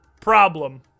problem